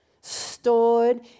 stored